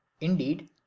indeed